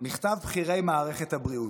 מכתב בכירי מערכת הבריאות: